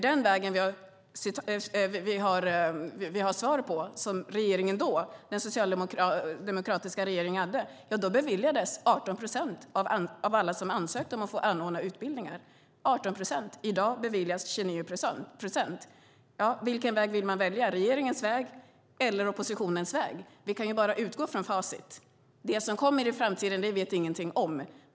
Den väg som den socialdemokratiska regeringen valde innebar att 18 procent av alla ansökningar om att få anordna utbildningar beviljades. I dag beviljas 29 procent. Vilken väg vill man välja, regeringens väg eller oppositionens väg? Vi kan bara utgå från facit. Det som kommer i framtiden vet vi ingenting om.